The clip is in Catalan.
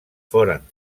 foren